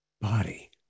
body